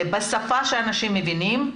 בשפה שאנשים מבינים,